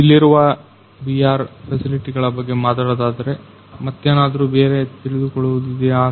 ಇಲ್ಲಿರುವ ವಿಆರ್ ಫೆಸಿಲಿಟಿಗಳ ಬಗ್ಗೆ ಮತ್ತೇನಾದ್ರು ಬೇರೆ ತಿಳಿದುಕೊಳ್ಳುವುದು ಇದೆಯಾ